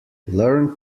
learn